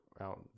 out